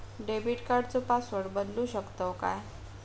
Debit कार्डचो password बदलु शकतव काय?